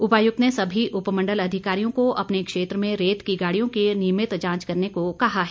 उपायुक्त ने सभी उपमंडल अधिकारियों को अपने क्षेत्र में रेत की गाड़ियों की नियमित जांच करने को कहा है